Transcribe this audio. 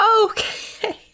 Okay